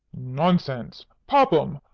nonsense! popham,